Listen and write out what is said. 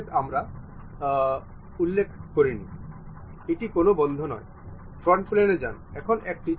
আমরা এটি নির্বাচন করব